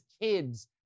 kids